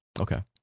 Okay